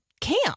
camp